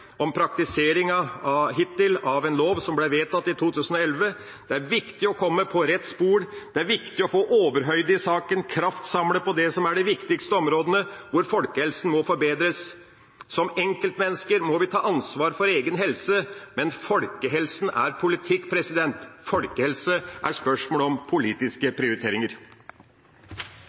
om praktiseringa, hittil, av en lov som ble vedtatt i 2011. Det er viktig å komme på rett spor. Det er viktig å få overhøyde i saken, kraftsamle på det som er de viktigste områdene hvor folkehelsen må forbedres. Som enkeltmennesker må vi ta ansvar for egen helse, men folkehelse er politikk, folkehelse er et spørsmål om politiske prioriteringer.